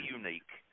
unique